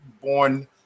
born